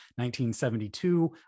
1972